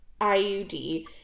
iud